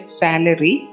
salary